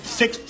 six